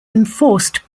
enforced